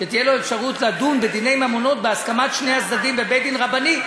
שתהיה לו אפשרות לדון בדיני ממונות בהסכמת שני הצדדים בבית-דין רבני.